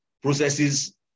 processes